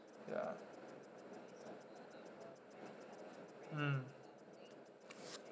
ya mm